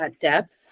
depth